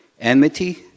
enmity